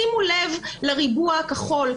שימו לב לריבוע הכחול.